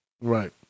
Right